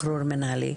מינהלי?